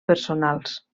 personals